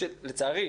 לצערי,